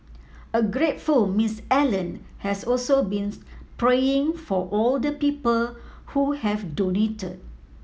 a grateful Miss Allen has also been praying for all the people who have donated